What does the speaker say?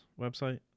website